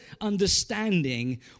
understanding